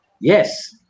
Yes